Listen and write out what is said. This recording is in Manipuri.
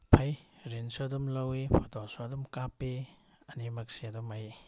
ꯐꯩ ꯔꯤꯜꯁꯁꯨ ꯑꯗꯨꯝ ꯂꯧꯏ ꯐꯣꯇꯣꯁꯨ ꯑꯗꯨꯝ ꯀꯥꯞꯄꯤ ꯑꯅꯤꯃꯛꯁꯦ ꯑꯗꯨꯝ ꯑꯩ